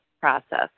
process